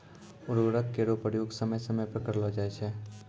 उर्वरक केरो प्रयोग समय समय पर करलो जाय छै